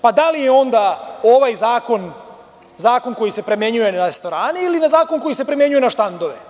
Pa, da li je onda ovaj zakon koji se primenjuje na restorane ili na zakon koji se primenjuje na štandove?